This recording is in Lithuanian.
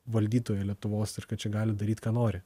valdytoja lietuvos ir kad čia gali daryt ką nori